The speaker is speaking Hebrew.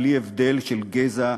בלי הבדל של גזע,